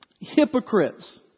hypocrites